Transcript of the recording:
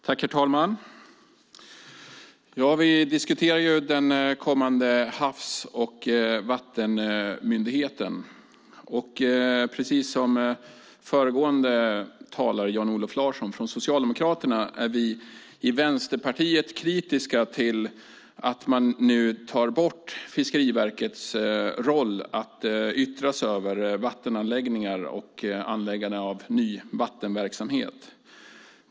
Herr talman! Vi diskuterar den kommande havs och vattenmyndigheten. Precis som föregående talare, Jan-Olof Larsson från Socialdemokraterna, är vi i Vänsterpartiet kritiska till att man nu tar bort Fiskeriverkets roll att yttra sig över vattenanläggningar och anläggande av ny vattenverksamhet.